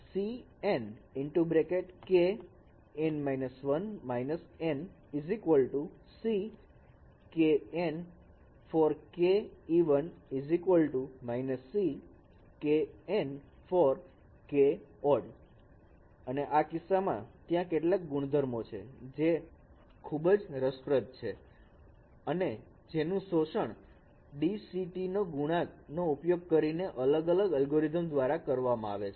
CN k N − 1 − n Ck n for k even− Ck n for k odd અને આ કિસ્સામાં ત્યાં કેટલાક ગુણધર્મો છે જે ખૂબ જ રસપ્રદ છે અને જેનું શોષણ DCT ગુણાંક નો ઉપયોગ કરીને અલગ અલગ અલ્ગોરિધમ દ્વારા કરવામાં આવે છે